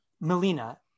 Melina